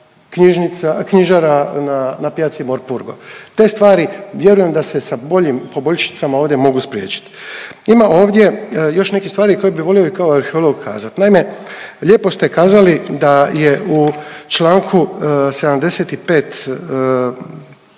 knjižara na Pjaci Morpurgo. Te stvari vjerujem da se sa boljim poboljšicama ovdje mogu spriječit. Ima ovdje još nekih stvari koje bi volio i kao arheolog kazat. Naime, lijepo ste kazali da je u čl. 75